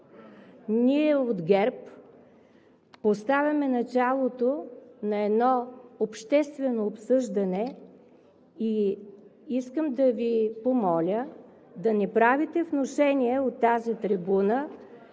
Ние от ГЕРБ поставяме началото на едно обществено обсъждане и искам да Ви помоля да не правите внушения от тази трибуна,